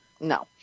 No